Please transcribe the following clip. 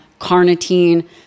carnitine